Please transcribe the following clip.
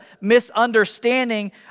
misunderstanding